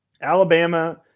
Alabama